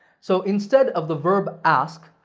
so, instead of the verb ask,